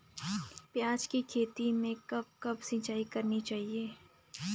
प्याज़ की खेती में कब कब सिंचाई करनी चाहिये?